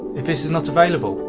if this is not available,